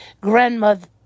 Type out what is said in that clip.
grandmother